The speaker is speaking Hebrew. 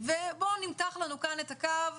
ובואו נמתח לנו כאן את הקו,